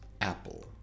Apple